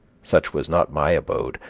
such was not my abode,